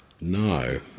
No